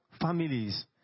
families